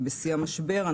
בשיא המשבר,